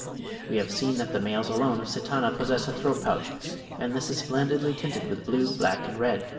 we have seen that the males alone of sitana possess a throat-pouch and this is splendidly tinted with blue, black, and red.